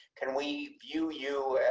can we view you a.